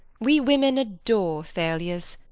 we women adore failures.